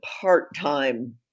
part-time